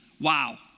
wow